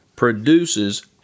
produces